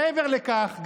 מעבר לכך,